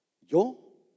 Yo